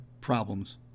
problems